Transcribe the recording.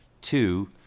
Two